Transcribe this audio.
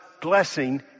blessing